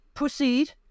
Proceed